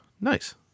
Nice